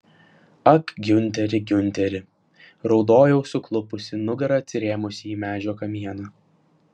ak giunteri giunteri raudojau suklupusi nugara atsirėmusi į medžio kamieną